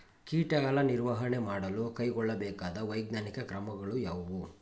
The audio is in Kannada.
ಕೀಟಗಳ ನಿರ್ವಹಣೆ ಮಾಡಲು ಕೈಗೊಳ್ಳಬೇಕಾದ ವೈಜ್ಞಾನಿಕ ಕ್ರಮಗಳು ಯಾವುವು?